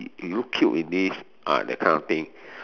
you look cute in this ah that kind of thing